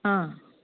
অঁ